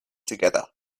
together